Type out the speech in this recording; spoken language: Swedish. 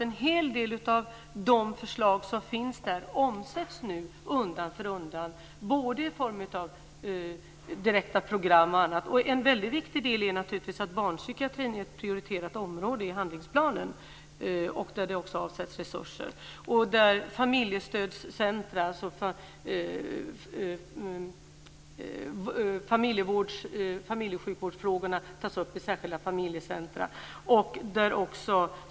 En hel del av de förslagen omsätts nu undan för undan både i form av direkta program och annat. En väldigt viktig del är naturligtvis att barnpsykiatrin är ett prioriterat område i handlingsplanen och där avsätts också resurser. Familjesjukvårdsfrågorna tas upp i särskilda familjecenter.